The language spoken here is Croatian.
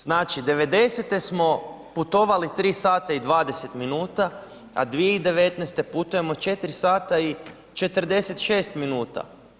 Znači, '90. smo putovali 3 sata i 20 minuta, a 2019. putujemo 4 sata i 46 minuta.